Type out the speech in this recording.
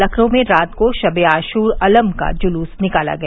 लखनऊ में रात को शब ए आशूर अलम का जुलूस निकाला गया